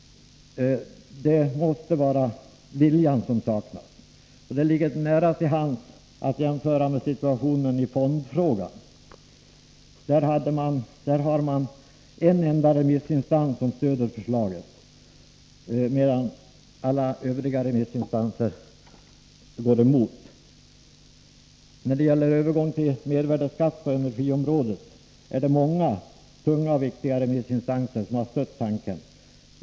Det måste vara viljan som saknas. Det ligger nära till hands att jämföra med situationen i fondfrågan. Där har man en enda remissinstans som stöder förslaget, medan alla övriga remissinstanser går emot. När det gäller övergång till mervärdeskatt på energiområdet är det många tunga och viktiga remissinstanser som stött tanken.